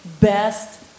best